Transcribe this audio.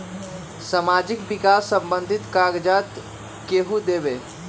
समाजीक विकास संबंधित कागज़ात केहु देबे?